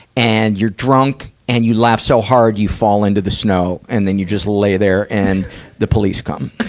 and you're drunk, and you laugh so hard you fall into the snow. and then you just lay there, and the police come.